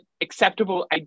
acceptable